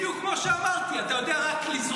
בדיוק כמו מה שאמרתי, אתה יודע רק לזרוע רעל.